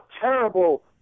terrible